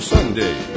Sunday